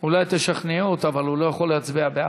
אולי תשכנעי אותו, אבל הוא לא יכול להצביע בעד.